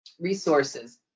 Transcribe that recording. resources